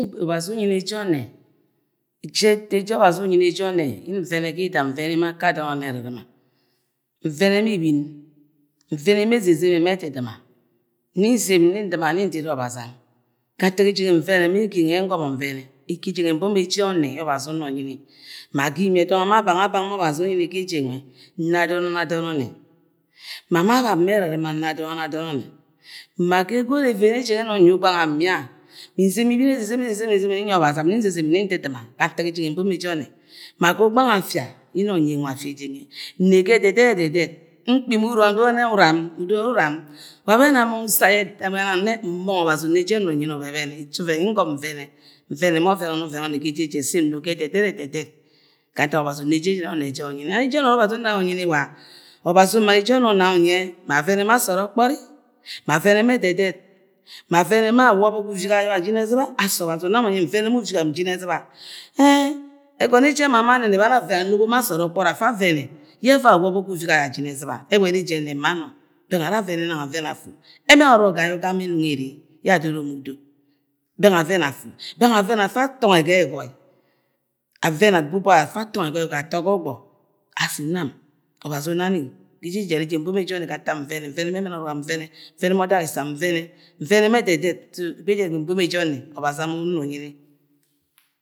ọbazi unyi ni eje ọnnẹ eje eto eje ọbazi unyi ni eje ọnnẹ mvene ga ida nvẹnẹ ma ibin mbẹvẹ ma ezezeme ma ẹdɨ dɨma m-nzen ni-ndɨma ni-ndiri ọbazi aru ga nta eje nwẹ nvẹnẹ ma ege nge ngomo nvẹnẹ ege eje nwẹ mbọmọ eje onne yẹ obazi una unyi ma ga imie dong yẹ bang-a-bang ye obazi unyi ni ege eje nwẹ nega adọn onne adọn ọnnẹ ma-ma bann be erɨrɨma na adọn ọnne adọn ọnne ma ga egot yẹ eje nwẹ ye nung nye ugbann am mia nin-nzeme ubin ezenne ezenne ezeme min-nyi ọbazi am nin-nzezem ni-ndɨdɨma ga ntak eje nwe mbomo ehe ọnne ma ga eje nwẹ ne ga ẹdẹdẹ ẹdẹdẹ nkpi ma uram ndoro mo ne uram mu udoro mẹ uram wa bo ena mong uso ayo etama nang, ne mong ọbazi nna eje ọnne unyi ni abẹbẹnẹ eto ọvẹn ọnne ọvẹn ọnnẹ ọvẹn onnẹ ga eje jẹ so ne ga ẹdẹdẹ ẹdẹdẹt ga ntak obazi ura eje eyeng onnẹ je unyi ni nang eje obazi una ọvẹn ọnne unyi ni wa, obazi uma eje ọnnẹ una unyẹ ma avẹnẹ ma sọọd ọkpori ma avẹnẹ ma ẹdẹdẹt ma avẹnẹ ma awọbọ ga uvige ayo ajine ja ezɨba asi obazi una mi unyi mi nvẹnẹ ma uvige am njinẹ ezɨba-e-e-e- egono ẹvoi awobo ga uvige ayo ajine ezɨba ẹmọrọ ẹrẹ eje ẹnẹb ma mo beng ara avẹnẹ nang avẹnẹ afu ẹmẹn ọrọk ayo gang yẹ ga ama enung ere yẹ adoro ma udet beng avẹnẹ afy, beng avẹnẹ abu uba afa atọngọ ẹgoi egọi atọ ga ogbo asi nam obazi ga eje ejara eje mbọmọ eje ọnnẹ ga ntak nvẹnẹ nvẹnẹ ma odag isẹ am nvẹnẹ nvẹnẹ ma ededet so eje ejara eje mbomo eje onne obazi am una unyi ni